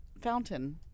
fountain